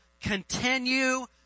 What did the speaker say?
continue